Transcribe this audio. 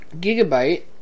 Gigabyte